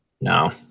No